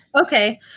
Okay